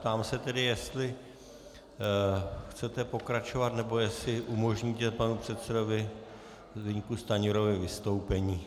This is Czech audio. Ptám se tedy, jestli chcete pokračovat, nebo jestli umožníte panu předsedovi Zbyňku Stanjurovi vystoupení.